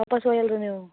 ವಾಪಸ್ಸು ಒಯ್ಯಲ್ಲ ರೀ ನೀವು